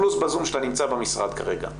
שאתה נמצא במשרד כרגע.